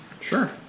Sure